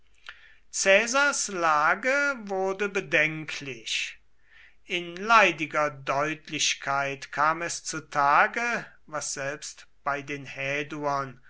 caesars lage wurde bedenklich in leidiger deutlichkeit kam es zu tage was selbst bei den